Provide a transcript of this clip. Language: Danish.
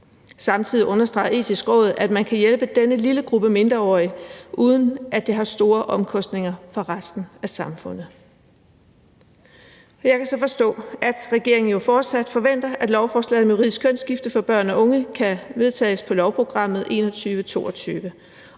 Samtidig understreger Det Etiske Råd, at man kan hjælpe denne lille gruppe mindreårige, uden at det har store omkostninger for resten af samfundet. Jeg kan så forstå, at regeringen jo fortsat forventer, at lovforslaget om juridisk kønsskifte for børn og unge kan vedtages på lovprogrammet 2021-2022,